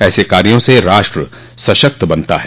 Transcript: ऐसे कार्यो से राष्ट्र सशक्त बनता है